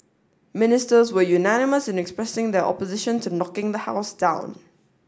ministers were unanimous in expressing their opposition to knocking the house down